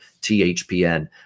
THPN